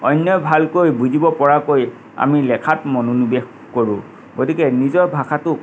অন্যই ভালকৈ বুজিব পৰাকৈ আমি লেখাত মনোনিৱেশ কৰোঁ গতিকে নিজৰ ভাষাটোক